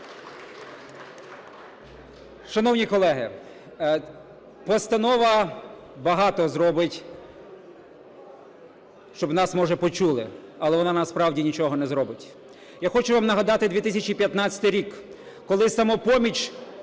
Шановні колеги, постанова багато зробить, щоб нас, може, почули. Але вона, насправді, нічого не зробить. Я хочу вам нагадати 2015 рік, коли "Самопоміч",